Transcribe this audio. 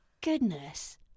goodness